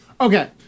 Okay